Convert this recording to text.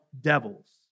devils